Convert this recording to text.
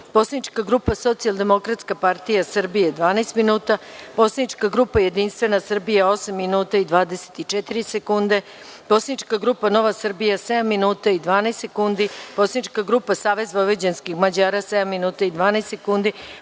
Poslanička grupa Socijaldemokratska partija Srbije – 12 minuta; Poslanička grupa Jedinstvena Srbija – 8 minuta i 24 sekunde; Poslanička grupa Nova Srbija – 7 minuta i 12 sekundi; Poslanička grupa Savez vojvođanskih Mađara – 7 minuta i 12 sekundi;